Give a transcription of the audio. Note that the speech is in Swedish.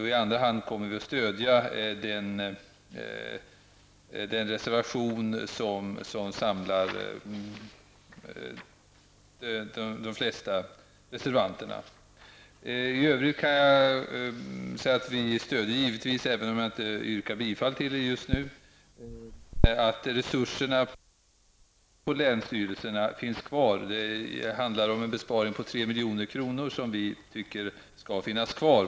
I andra hand kommer vi att stödja den reservation som samlar de flesta reservanterna. I övrigt stöder vi i miljöpartiet, även om jag nu inte yrkar bifall, att resurser för fiskefrågorna på länsstyrelserna finns kvar. Det handlar om en besparing på 3 milj.kr. Vi tycker att de pengarna skall finnas kvar.